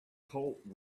colt